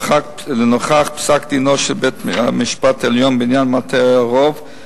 לנוכח פסק-דינו של בית המשפט העליון בעניין מטה הרוב,